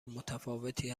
متفاوتی